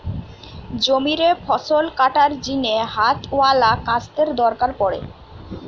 জমিরে ফসল কাটার জিনে হাতওয়ালা কাস্তের দরকার পড়ে